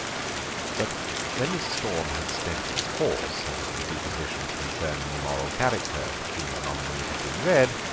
but when this storm had spent its force, and the depositions concerning the moral character of the king's nominee had been read,